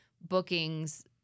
bookings